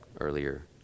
earlier